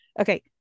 okay